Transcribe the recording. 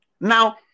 Now